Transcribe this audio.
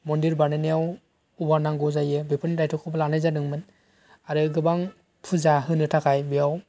मन्दिर बानायनायाव औवा नांगौ जायो बेफोरनि दाइथ'खौबो लानाय जादोंमोन आरो गोबां फुजा होनो थाखाय बेयाव